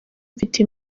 mfite